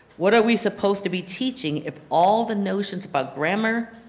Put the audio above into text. what are we supposed to be teaching if all the notions about grammar,